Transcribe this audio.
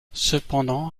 cependant